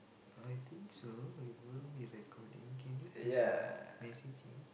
I think so it will be recording can you please message him